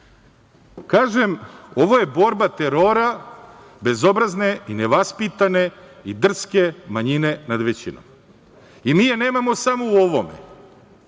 Srbije. Kažem, ovo je borba terora bezobrazne i nevaspitane, i drske manjine nad većinom, i mi je nemamo samo u ovome,